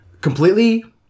completely